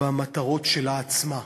במטרות שלה עצמה.